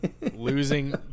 Losing